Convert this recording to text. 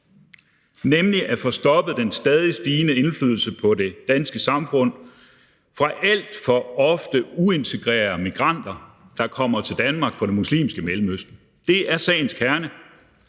nemlig at få stoppet den stadig stigende indflydelse på det danske samfund fra alt for ofte uintegrerede migranter, der kommer til Danmark fra det muslimske Mellemøsten. Det er sagens kerne,